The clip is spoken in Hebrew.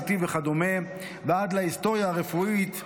CT וכדומה ועד להיסטוריה הרפואית,